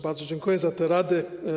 Bardzo dziękuję za te rady.